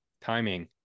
timing